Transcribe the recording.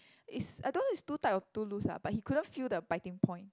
is I don't know is too tight or too loose lah but he couldn't feel the biting point